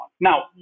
Now